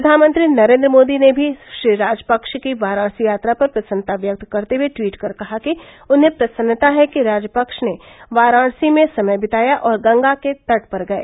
प्रधानमंत्री नरेंद्र मोदी ने भी श्री राजपक्ष की वाराणसी यात्रा पर प्रसन्नता व्यक्त करते हुए ट्वीट कर कहा कि उन्हें प्रसन्नता है कि राजपक्ष ने वाराणसी में समय बिताया और गंगा के तट पर गए